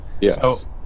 Yes